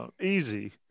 easy